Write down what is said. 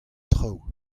traoù